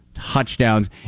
touchdowns